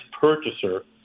purchaser